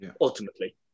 ultimately